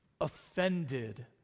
offended